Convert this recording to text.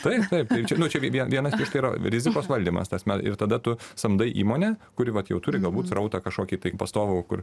taip taip žinau čia vien vienas tai yra rizikos valdymas tasme ir tada tu samdai įmonę kuri vat jau turi galbūt srautą kažkokį pastovų kur